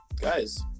guys